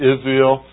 Israel